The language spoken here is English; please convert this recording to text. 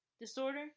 disorder